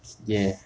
ya